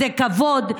זה כבוד,